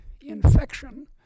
infection